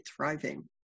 thriving